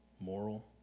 moral